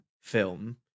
film